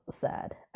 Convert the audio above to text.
sad